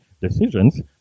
decisions